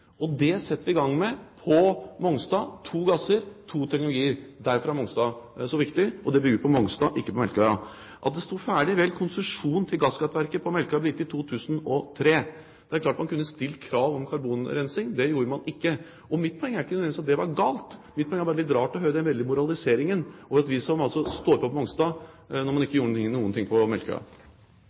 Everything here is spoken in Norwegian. og det setter vi i gang med på Mongstad. Det er to gasser, to teknologier. Derfor er Mongstad så viktig, og det gjør vi på Mongstad, ikke på Melkøya. At det sto ferdig – vel, konsesjon til gasskraftverket på Melkøya ble gitt i 2003. Det er klart man kunne stilt krav om karbonrensing. Det gjorde man ikke. Mitt poeng er ikke nødvendigvis at det var galt. Mitt poeng er at det bare er litt rart å høre den veldige moraliseringen over oss som står på på Mongstad, når man ikke gjorde noen ting på